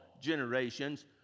generations